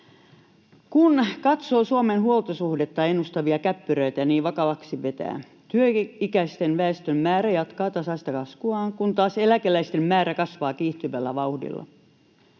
Kun katsoo Suomen huoltosuhdetta ennustavia käppyröitä, niin vakavaksi vetää. Työ-ikäisen väestön määrä jatkaa tasaista laskuaan, kun taas eläkeläisten määrä kasvaa kiihtyvällä vauhdilla.